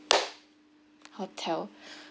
hotel